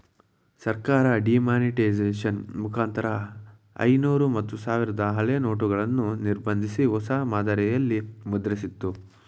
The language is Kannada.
ಸರ್ಕಾರ ಡಿಮಾನಿಟೈಸೇಷನ್ ಮುಖಾಂತರ ಐನೂರು ಮತ್ತು ಸಾವಿರದ ಹಳೆಯ ನೋಟುಗಳನ್ನು ನಿರ್ಬಂಧಿಸಿ, ಹೊಸ ಮಾದರಿಯಲ್ಲಿ ಮುದ್ರಿಸಿತ್ತು